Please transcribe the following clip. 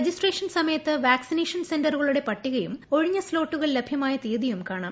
registration സമയത്ത് vaccination സെന്ററുകളുടെ പട്ടികയും ഒഴിഞ്ഞ സ്സോട്ടുകൾ ലഭ്യമായ തീയതിയും കാണാം